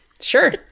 Sure